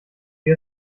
wir